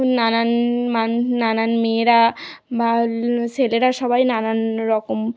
নানান মানে নানান মেয়েরা বা ছেলেরা সবাই নানান রকম